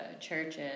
churches